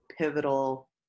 pivotal